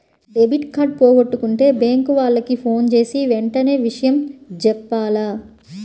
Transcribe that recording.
debit card పోగొట్టుకుంటే bank వాళ్లకి ఫోన్జేసి వెంటనే విషయం జెప్పాల